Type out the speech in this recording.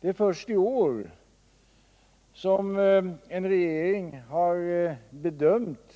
Det är först i år som en regering har bedömt